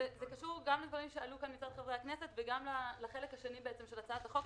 זה קשור גם לדברים שעלו כאן מצד חברי הכנסת וגם לחלק השני של הצעת החוק,